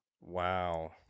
Wow